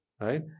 right